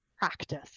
practice